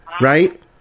right